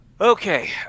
Okay